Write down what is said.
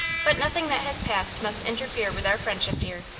but nothing that has passed must interfere with our friendship, dear.